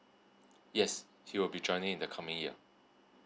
yes he will be joining in the coming year